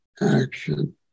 action